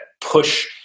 push